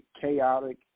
chaotic